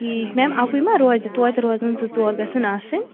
ٹھیٖک میم اَکُے ما روزِ تویتہِ روزن زٕ ژور گَژھن آسٕنۍ